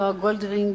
נועה גולדרינג,